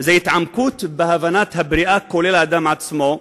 זה התעמקות בהבנת הבריאה, לרבות האדם עצמו.